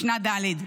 משנה ד':